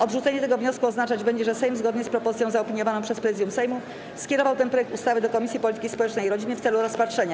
Odrzucenie tego wniosku oznaczać będzie, że Sejm, zgodnie z propozycją zaopiniowaną przez Prezydium Sejmu, skierował ten projekt ustawy do Komisji Polityki Społecznej i Rodziny w celu rozpatrzenia.